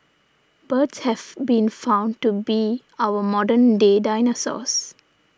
birds have been found to be our modern day dinosaurs